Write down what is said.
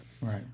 Right